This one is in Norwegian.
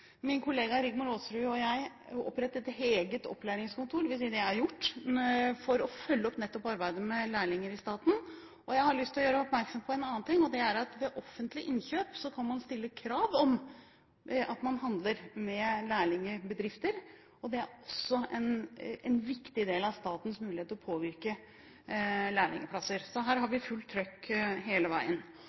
min kollega Rigmor Aasrud og jeg opprette et eget opplæringskontor – dvs. det er gjort – for nettopp å følge opp arbeidet med lærlinger i staten. Jeg har lyst til å gjøre oppmerksom på en annen ting, og det er at man ved offentlige innkjøp kan stille krav om at man handler med lærlingbedrifter, og det er også en viktig del av statens mulighet til å påvirke lærlingplasser. Så her har vi fullt trykk hele veien.